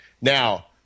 Now